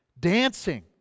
dancing